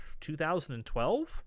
2012